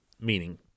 meaning